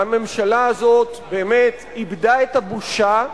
הממשלה הזאת באמת איבדה את הבושה,